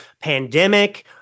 pandemic